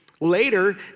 Later